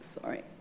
Sorry